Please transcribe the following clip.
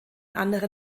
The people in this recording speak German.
anderen